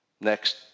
next